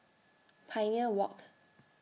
Pioneer Walk